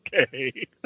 okay